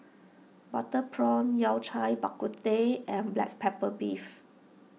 Butter Prawn Yao Cai Bak Kut Teh and Black Pepper Beef